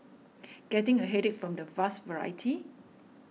getting a headache from the vast variety